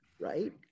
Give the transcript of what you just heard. right